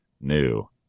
new